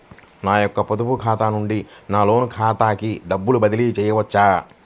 నా యొక్క పొదుపు ఖాతా నుండి నా లోన్ ఖాతాకి డబ్బులు బదిలీ చేయవచ్చా?